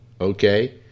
Okay